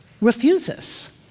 refuses